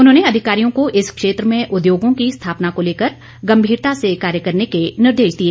उन्होंने अधिकारियों को इस क्षेत्र में उद्योगों की स्थापना को लेकर गंभीरता से कार्य करने के निर्देश दिए